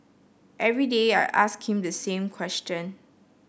every day I ask him the same question